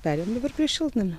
pereinam dabar prie šiltnamio